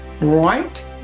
Right